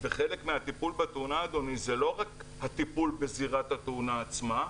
מהטיפול בתאונה אדוני זה לא רק הטיפול בזירת התאונה עצמה,